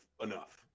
enough